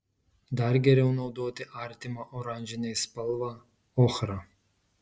dar geriau naudoti artimą oranžinei spalvą ochrą